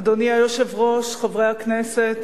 אדוני היושב-ראש, חברי הכנסת,